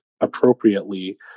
appropriately